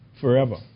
forever